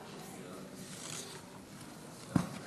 שלוש דקות לרשותך,